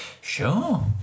Sure